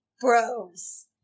bros